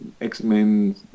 X-Men